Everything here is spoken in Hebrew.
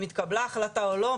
אם התקבלה החלטה או לא,